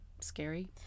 scary